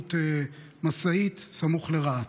במעורבות משאית סמוך לרהט.